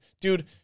Dude